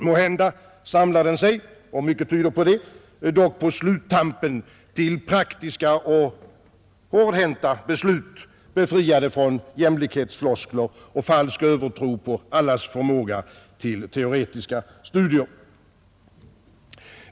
Måhända samlar den sig dock — mycket tyder på det — på sluttampen till praktiska och hårdhänta beslut, befriade från jämlikhetsfloskler och falsk övertro på allas förmåga till teoretiska studier.